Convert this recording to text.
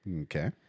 Okay